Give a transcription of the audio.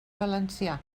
valencià